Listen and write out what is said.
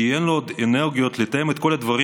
כי אין לו עוד אנרגיות לתאם את כל הדברים